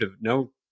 no